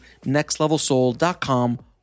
nextlevelsoul.com